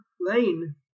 lane